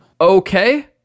Okay